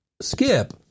skip